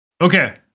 Okay